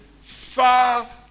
far